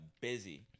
busy